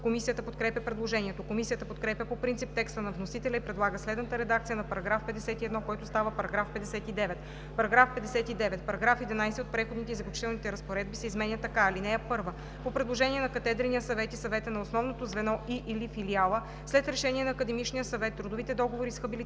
Комисията подкрепя предложението. Комисията подкрепя по принцип текста на вносителя и предлага следната редакция на § 51, който става § 59: „§ 59. Параграф 11 от преходните и заключителните разпоредби се изменя така: (1) По предложение на катедрения съвет и съвета на основното звено и/или филиала след решение на академичния съвет трудовите договори с хабилитираните